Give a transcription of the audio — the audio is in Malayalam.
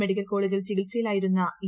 മെഡിക്കൽ കോളേജിൽ ചികിത്സയിൽ ആയിരുന്നു്